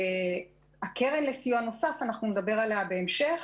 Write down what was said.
על הקרן לסיוע נוסף אני אדבר בהמשך.